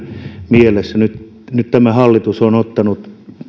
mielessä nyt nyt tämä hallitus on ottanut